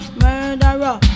murderer